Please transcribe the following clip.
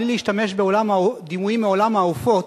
בלי להשתמש בדימויים מעולם העופות,